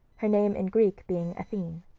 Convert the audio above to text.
her name in greek being athene.